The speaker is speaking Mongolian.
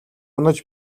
унаж